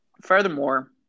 Furthermore